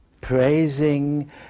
praising